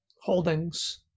holdings